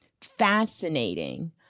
fascinating